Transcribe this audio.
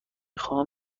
خواهم